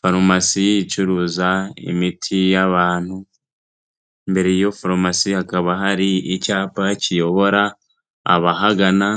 Farumasi icuruza imiti y'abantu, imbere y'iyo farumasi hakaba hari icyapa kiyobora abahagana